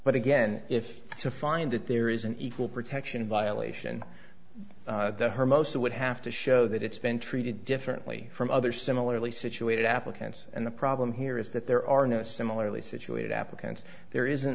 but again if to find that there is an equal protection violation her most would have to show that it's been treated differently from other similarly situated applicants and the problem here is that there are no similarly situated applicants there isn't